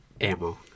Ammo